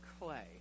clay